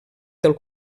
del